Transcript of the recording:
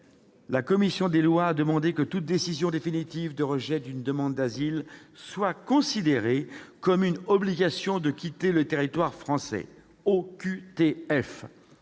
la commission des lois a demandé que toute décision définitive de rejet d'une demande d'asile soit considérée comme une obligation de quitter le territoire français, ou OQTF